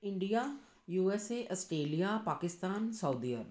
India USA Australia Pakistan Saudi Arabia